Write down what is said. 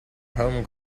home